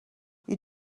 you